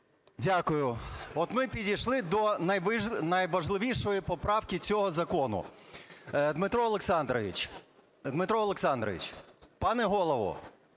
Дякую. От ми підійшли до найважливішої поправки цього закону. Дмитре Олександровичу!